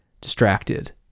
distracted